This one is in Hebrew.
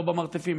לא במרתפים,